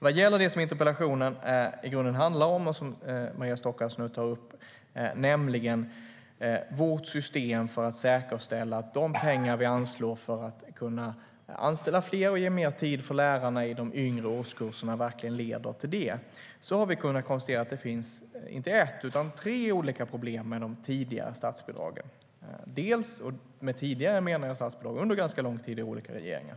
Vad gäller det som interpellationen i grunden handlade om och som Maria Stockhaus nu tar upp, nämligen vårt system för att säkerställa att de pengar vi anslår för att kunna anställa fler och ge mer tid för lärarna i de yngre årskurserna verkligen leder till detta, har vi kunnat konstatera att det finns inte ett utan tre olika problem med de tidigare statsbidragen. Med "tidigare" menar jag då statsbidrag under ganska lång tid och med olika regeringar.